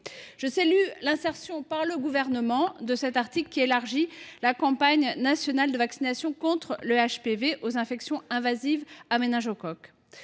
Je salue l’insertion par le Gouvernement de cet article qui élargit la campagne nationale de vaccination contre les infections à papillomavirus humains